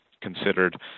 considered